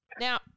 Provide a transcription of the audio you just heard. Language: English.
Now